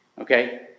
Okay